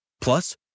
Plus